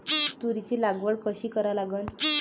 तुरीची लागवड कशी करा लागन?